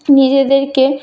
নিজেদেরকে